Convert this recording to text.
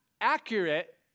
accurate